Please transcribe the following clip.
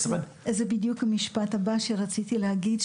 זה בדיוק המשפט הבא שרציתי להגיד.